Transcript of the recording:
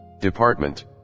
department